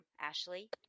Ashley